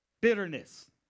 bitterness